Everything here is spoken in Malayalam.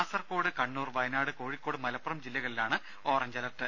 കാസർകോട് കണ്ണൂർ വയനാട് കോഴിക്കോട് മലപ്പുറം ജില്ലകളിലാണ് ഓറഞ്ച് അലർട്ട്